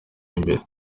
imbere